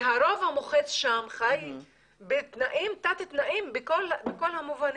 והרוב המוחץ שם חי בתנאים, תת-תנאים בכל המובנים.